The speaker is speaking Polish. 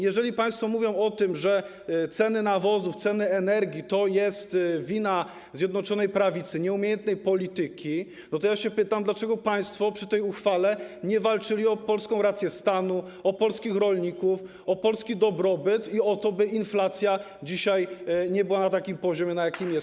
Jeżeli państwo mówią o tym, że ceny nawozów, ceny energii to jest wina Zjednoczonej Prawicy, nieumiejętnej polityki, to ja pytam, dlaczego państwo przy tej uchwale nie walczyli o polską rację stanu, o polskich rolników, o polski dobrobyt i o to, by inflacja dzisiaj nie była na takim poziomie, na jakim jest.